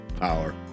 power